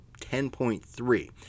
10.3